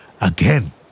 again